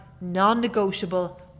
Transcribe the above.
non-negotiable